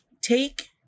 take